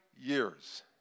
years